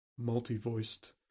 multi-voiced